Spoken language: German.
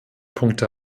punkte